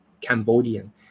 Cambodian